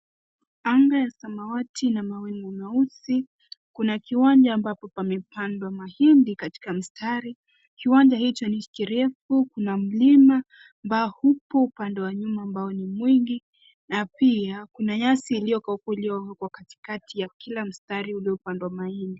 Anga ya samawati na mawingu meusi, kuna kiwanja ambapo pamepandwa mahindi katika mstari. Kiwanja hicho ni kirefu, kuna mlima ambao upo upande wa nyuma ambao ni mwingi. Na pia kuna nyasi iliyoko katikati ya kila mstari uliopandwa mahindi.